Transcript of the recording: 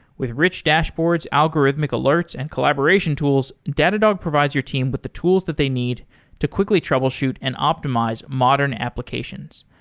with rich dashboards, algorithmic alerts and collaboration tools, datadog provides your team with the tools that they need to quickly troubleshoot and optimize modern application.